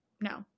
no